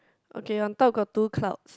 okay on top got two clouds